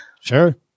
sure